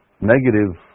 negative